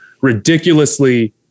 ridiculously